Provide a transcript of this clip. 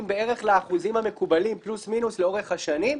בערך לאחוזים המקובלים פלוס-מינוס לאורך השנים,